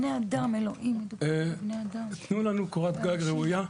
אדוני היו"ר.